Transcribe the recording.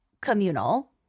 communal